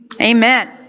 amen